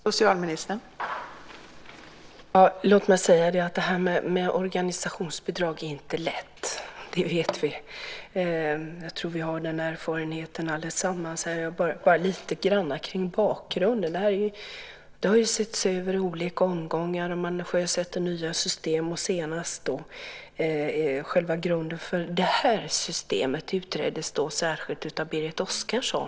Fru talman! Det här med organisationsbidrag är inte lätt - det vet vi. Jag tror att vi har den erfarenheten allesammans här. Jag ska bara nämna lite grann om bakgrunden. Detta har setts över i olika omgångar, och man sjösätter nya system. Senast var det själva grunden för det här systemet som utreddes särskilt av Berit Oscarsson.